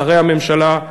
שרי הממשלה,